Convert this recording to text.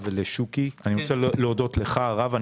פתאום מגיעה העלאת הריבית שהיא מוצדקת